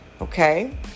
okay